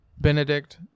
Benedict